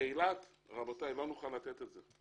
באילת, רבותיי, לא נוכל לתת את זה.